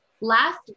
Last